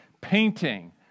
painting